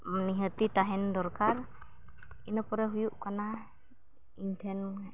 ᱱᱤᱦᱟᱹᱛᱜᱮ ᱛᱟᱦᱮᱱ ᱫᱚᱨᱠᱟᱨ ᱤᱱᱟᱹ ᱯᱚᱨᱮ ᱦᱩᱭᱩᱜ ᱠᱟᱱᱟ ᱤᱧᱴᱷᱮᱱ